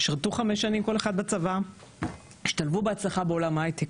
שרתו חמש שנים כל אחד בצבא והשתלבו בהצלחה בעולם ההי-טק,